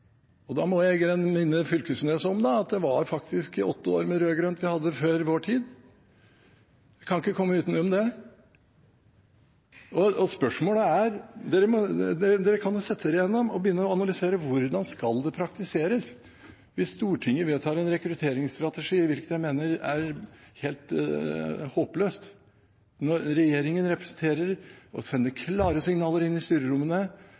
må igjen minne Knag Fylkesnes om at det var faktisk åtte år med rød-grønn regjering før vår tid. Man kan ikke komme utenom det. Man kan jo begynne å analysere hvordan det skal praktiseres, hvis Stortinget vedtar en rekrutteringsstrategi, hvilket jeg mener er helt håpløst. Når regjeringen sender klare signaler inn i styrerommene,